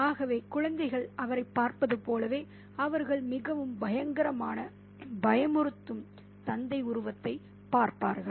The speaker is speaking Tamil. ஆகவே குழந்தைகள் அவரைப் பார்ப்பது போலவே அவர்கள் மிகவும் பயங்கரமான பயமுறுத்தும் தந்தை உருவத்தைப் பார்ப்பார்கள்